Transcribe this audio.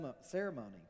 ceremony